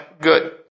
good